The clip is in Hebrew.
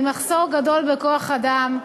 ממחסור גדול בכוח-אדם.